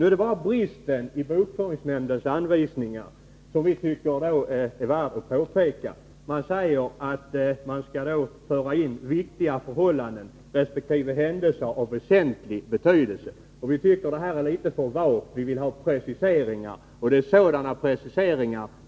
Vi tycker att det är angeläget att peka på en brist som finns i bokföringsnämndens anvisningar. Det framhålls där att ”viktiga förhållanden” resp. ”händelser av väsentlig betydelse” skall redovisas. Vi tycker att det här är litet för vagt, och vi vill ha preciseringar.